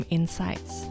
Insights